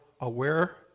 aware